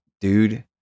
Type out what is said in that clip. dude